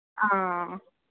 ആ